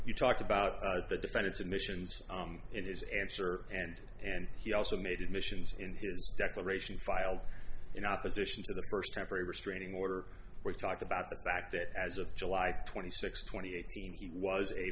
you talked about the defendant's admissions in his answer and and he also made admissions in his declaration filed in opposition to the first temporary restraining order we talked about the fact that as of july twenty sixth twenty eight he was a